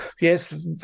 yes